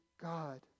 God